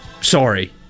sorry